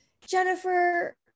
Jennifer